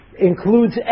includes